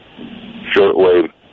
shortwave